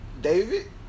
David